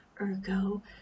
Ergo